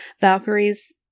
Valkyries